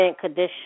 condition